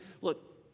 Look